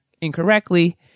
incorrectly